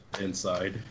inside